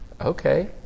Okay